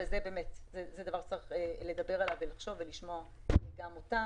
אבל זה דבר שצריך לדבר עליו ולשמוע גם אותם.